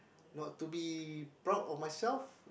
not to be proud of myself